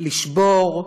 "לשבור,